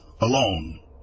alone